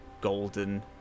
golden